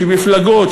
שמפלגות,